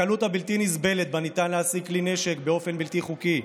הקלות הבלתי-נסבלת שבה ניתן להשיג כלי נשק באופן בלתי חוקי,